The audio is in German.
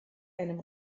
einem